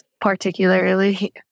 particularly